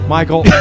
Michael